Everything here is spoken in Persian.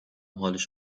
حالش